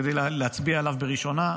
כדי להצביע עליה בראשונה,